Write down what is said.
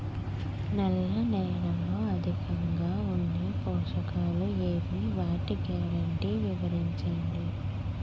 నల్ల నేలలో అధికంగా ఉండే పోషకాలు ఏవి? వాటి గ్యారంటీ వివరించండి?